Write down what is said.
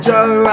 Joe